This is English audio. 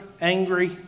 angry